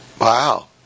wow